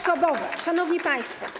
Szanowni Państwo!